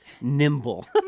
nimble